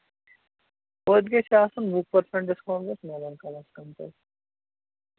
توتہِ گژھِ آسُن وُہ پٔرسَنٛٹ ڈِسکاوُنٛٹ گژھِ میلُن کمس کم توتہِ